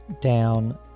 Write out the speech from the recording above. down